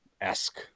esque